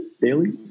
Daily